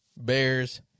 Bears